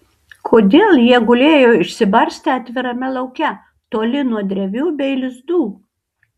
kodėl jie gulėjo išsibarstę atvirame lauke toli nuo drevių bei lizdų